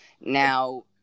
Now